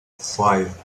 five